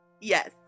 Yes